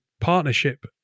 partnership